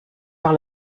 par